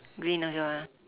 green also ah